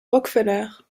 rockefeller